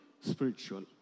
spiritual